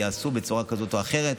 הם יעשו בצורה כזאת או אחרת.